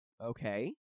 Okay